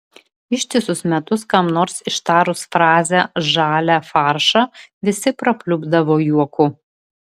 ištisus metus kam nors ištarus frazę žalią faršą visi prapliupdavo juoku